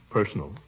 Personal